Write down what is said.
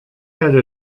had